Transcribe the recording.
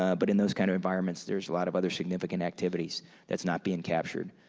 ah but in those kind of environments, there's a lot of other significant activities that's not being captured.